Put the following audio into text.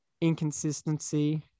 inconsistency